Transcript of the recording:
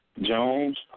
Jones